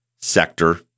Sector